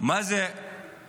מה זה חינוך?